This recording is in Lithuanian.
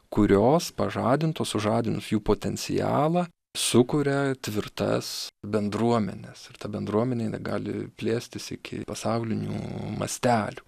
kurios pažadintų sužadinus jų potencialą sukuria tvirtas bendruomenes ir ta bendruomenė jinai gali plėstis iki pasaulinių mastelių